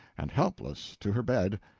and helpless, to her bed,